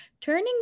turning